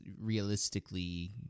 realistically